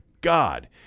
God